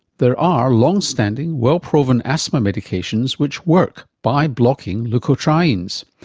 there are long-standing well proven asthma medications which work by blocking leukotrienes.